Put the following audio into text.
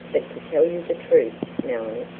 but to tell you the truth, nelly,